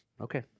okay